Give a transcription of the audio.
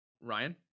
Ryan